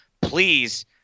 please